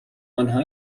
آنها